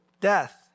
death